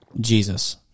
Jesus